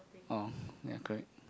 orh ya correct